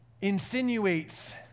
insinuates